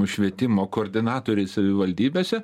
švietimo koordinatoriai savivaldybėse